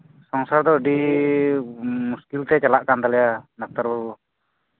ᱥᱚᱝᱥᱟᱨ ᱫᱚ ᱟᱹᱰᱤ ᱢᱩᱥᱠᱤᱞ ᱛᱮ ᱪᱟᱞᱟᱜ ᱠᱟᱱ ᱛᱟᱞᱮᱭᱟ ᱰᱟᱠᱛᱟᱨ ᱵᱟᱹᱵᱩ